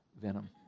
venom